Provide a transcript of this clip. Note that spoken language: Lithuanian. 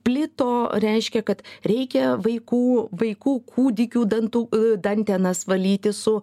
plito reiškia kad reikia vaikų vaikų kūdikių dantų dantenas valyti su